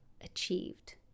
achieved